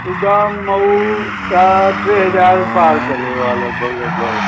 छुगामऊ त टे हज़ार पार करे वियो आहे लॻिभॻि लॻिभॻि